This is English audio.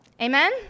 Amen